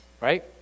right